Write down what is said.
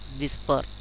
whisper